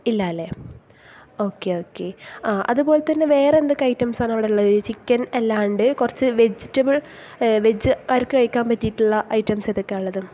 ഇല്ല അല്ലെ okay okay അതുപോലെതന്നെ വേറെ എന്തൊക്കെ ഐറ്റംസാണ് അവിടെ ഉള്ളത് ചിക്കൻ അല്ലാണ്ട് കുറച്ച് വെജിറ്റബിൾ വെജ്ക്കാർക്ക് കഴിക്കാൻ പറ്റിയിട്ടുള്ള ഐറ്റംസ് എന്തൊക്കെയാണുള്ളത്